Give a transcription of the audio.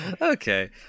okay